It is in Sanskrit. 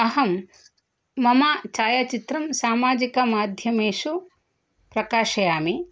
अहं मम छायाचित्रं सामाजिकमाध्यमेषु प्रकाशयामि